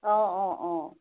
অঁ অঁ অঁ